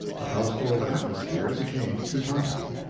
the household atmosphere became teutonic.